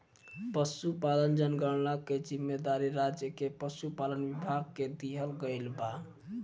पसुपालन जनगणना के जिम्मेवारी राज्य के पसुपालन विभाग के दिहल गइल बा